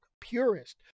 purist